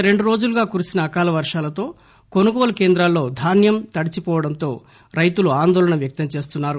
గత రెండు రోజులుగా కురిసిన అకాల వర్షాలతో కొనుగోలు కేంద్రాల్లో ధాన్యం తడిచివోవడంతో రైతులు ఆందోళన వ్యక్తం చేస్తున్నారు